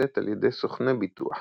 נעשית על ידי סוכני ביטוח,